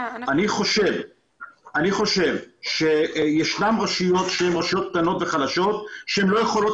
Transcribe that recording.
אני חושב שיש רשויות שהן קטנות וחלשות שלא יכולות